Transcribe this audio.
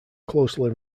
closely